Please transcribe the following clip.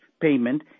payment